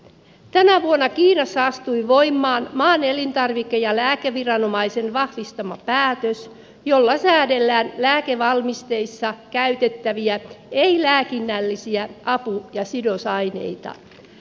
tänä vuonna kiinassa astui voimaan maan elintarvike ja lääkeviranomaisen vahvistama päätös jolla säädellään lääkevalmisteissa käytettäviä ei lääkinnällisiä apu ja sidosaineita